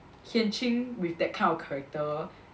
Hian Ching with that kind of character